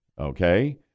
okay